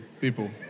people